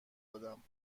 دادم